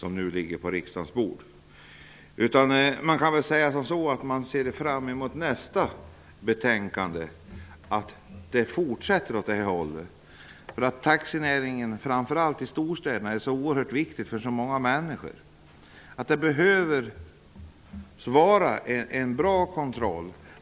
Man kan väl säga som så att vi ser fram emot att det fortsätter på det här viset i nästa betänkande. Taxinäringen är, framför allt i storstäderna, oerhört viktig för så många människor att det behövs en bra kontroll.